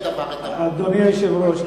אדוני היושב-ראש,